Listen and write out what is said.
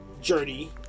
journey